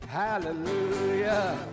hallelujah